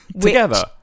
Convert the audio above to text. together